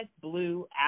Blue